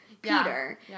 Peter